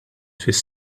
fis